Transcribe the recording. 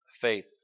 faith